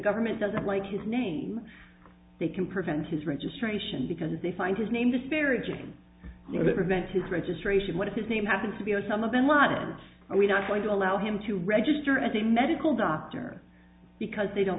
government doesn't like his name they can prevent his registration because they find his name disparaging the preventives registration what his name happens to be osama bin ladin and we're not going to allow him to register as a medical doctor because they don't